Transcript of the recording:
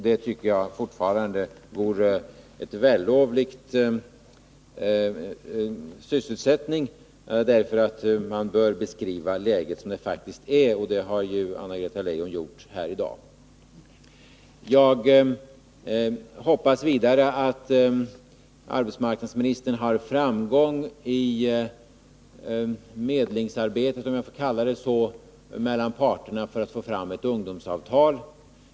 Det tycker jag fortfarande är en vällovlig sysselsättning. Man bör nämligen beskriva läget som det faktiskt är, och det har Anna-Greta Leijon gjort här i dag. Jag hoppas vidare att arbetsmarknadsministern har framgång i medlingsarbetet — om jag får kalla det så — mellan parterna för att få fram ett ungdomsavtal.